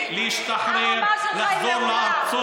שלב אחר שלב,